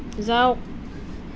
যাওক